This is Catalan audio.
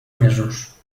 mesos